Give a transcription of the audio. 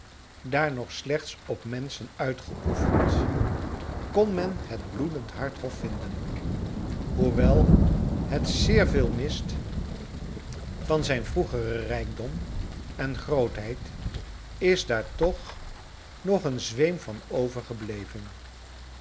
daar nog kleine dorrit slechts op menschen uitgeoefend kon men bet bloedend hart hof vinden hoewel het zeer veel mist van zijn vroegeren rijkdom en groothcid is daar toch nog een zweem van overgebleven